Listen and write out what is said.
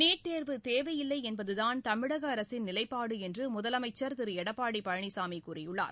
NEET தேர்வு தேவையில்லை என்பதுதான் தமிழக அரசின் நிலைப்பாடு என்று முதலமைச்சர் திரு எடப்பாடி பழனிசாமி கூறியுள்ளார்